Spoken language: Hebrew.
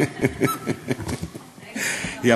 סליחה, שעממתי אותך?